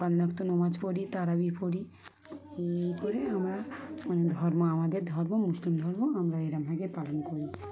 পাঁচ ওয়াক্ত নামাজ পড়ি তারাবি পড়ি এই করে আমরা মানে ধর্ম আমাদের ধর্ম মুসলিম ধর্ম আমরা এরমভাবে পালন করি